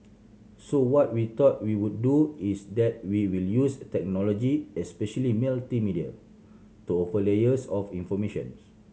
so what we thought we would do is that we will use technology especially multimedia to offer layers of information's